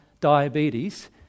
diabetes